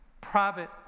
private